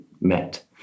met